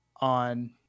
on